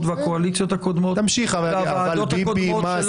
והקואליציות הקודמות והוועדות הקודמות,